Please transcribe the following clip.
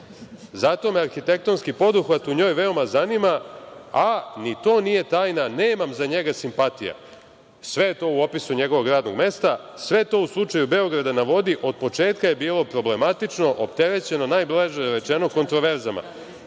Zato me arhitektonski poduhvat u njoj veoma zanima, a ni to nije tajna, nemam za njega simpatija. Sve je to u opisu njegovog radnog mesta, sve je to u slučaju „Beograda na vodi“ od početka bilo problematično, opterećeno, najblaže rečeno, kontroverzama